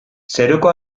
zeruko